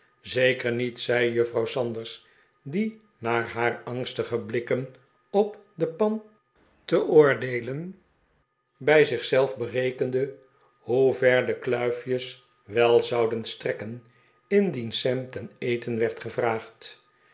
zeker niet zei juffrouw sanders die naar haar angstige blikken op de pan te oordeelen bij zich zelf berekende hoe ver de pickwick club de kluifjes wel zouden strekken indien sam ten eten werd gevraagd